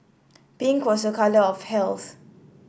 pink was a colour of health